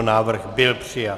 Návrh byl přijat.